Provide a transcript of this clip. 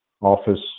office